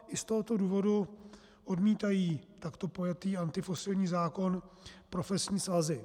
A i z tohoto důvodu odmítají takto pojatý antifosilní zákon profesní svazy.